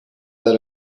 that